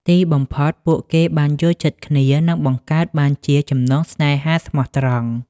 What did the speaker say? ទីបំផុត ពួកគេបានយល់ចិត្តគ្នា និងបង្កើតបានជាចំណងស្នេហាស្មោះត្រង់។